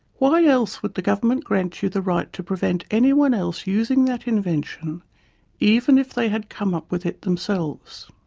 why else would the government grant you the right to prevent anyone else using that invention even if they had come up with it themselves?